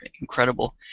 incredible